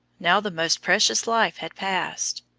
now the most precious life had passed.